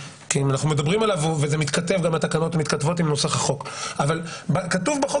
כי התקנות מתכתבות עם נוסח החוק אבל כתובה בחוק